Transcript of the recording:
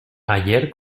ayer